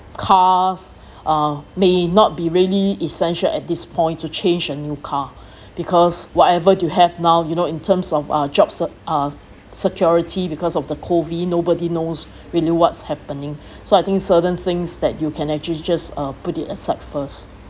cars uh may not be really essential at this point to change a new car because whatever you have now you know in terms of uh jobs se~ uh security because of the COVID nobody knows really what's happening so I think certain things that you can actually just uh put it aside first